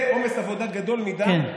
זה עומס עבודה גדול מדי.